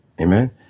Amen